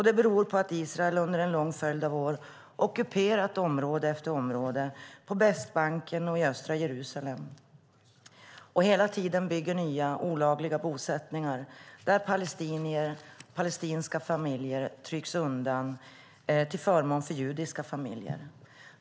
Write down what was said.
Det beror på att Israel under en lång följd av år har ockuperat område efter område på Västbanken och i östra Jerusalem och hela tiden bygger nya, olagliga bosättningar där palestinska familjer trycks undan till förmån för judiska familjer.